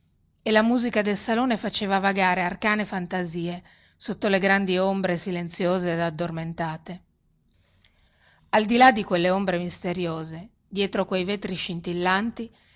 e la musica del salone faceva vagare arcane fantasie sotto le grandi ombre silenziose ed addormentate al di là di quelle ombre misteriose dietro quei vetri scintillanti